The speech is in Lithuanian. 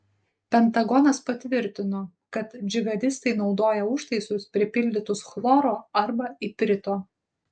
pentagonas patvirtino kad džihadistai naudoja užtaisus pripildytus chloro arba iprito